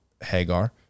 Hagar